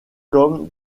comme